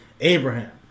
Abraham